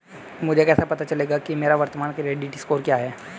मुझे कैसे पता चलेगा कि मेरा वर्तमान क्रेडिट स्कोर क्या है?